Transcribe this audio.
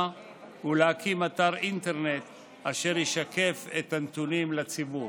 ולהקים אתר אינטרנט אשר ישקף את הנתונים לציבור.